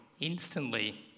instantly